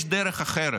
יש דרך אחרת.